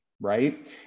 right